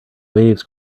waves